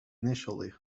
initially